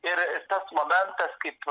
ir tas momentas kaip